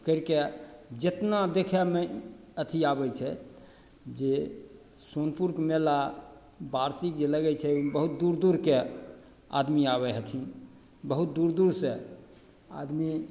करिके जेतना देखयमे अथी आबय छै जे सोनपुरके मेला वार्षिक जे लगय छै ओइमे बहुत दूर दूरके आदमी आबय हथिन बहुत दूर दूरसँ आदमी